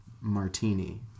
martini